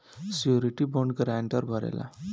surety bond guarantor भरेला